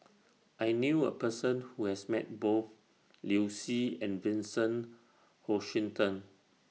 I knew A Person Who has Met Both Liu Si and Vincent Hoisington